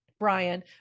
Brian